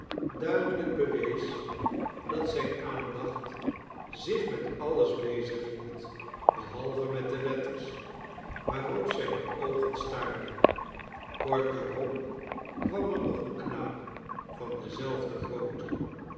duidelijk bewees dat zijne aandacht zich met alles bezig hield behalve met de letters waarop zijne oogen staarden kort daarop kwam er nog een knaap van dezelfde grootte